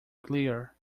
clear